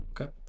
Okay